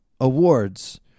awards